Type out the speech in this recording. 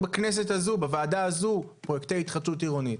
בוועדה הזו פרויקטי התחדשות עירונית.